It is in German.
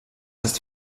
ist